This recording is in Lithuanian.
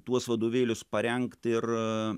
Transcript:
tuos vadovėlius parengt ir